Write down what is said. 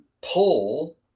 pull